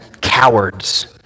cowards